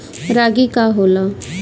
रागी का होला?